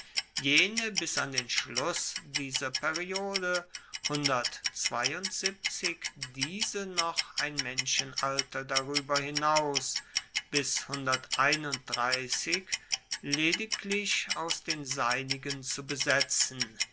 jene bis an den schluss dieser periode diese noch ein menschenalter darueber hinaus bis lediglich aus den seinigen zu besetzen